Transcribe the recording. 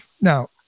Now